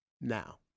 Now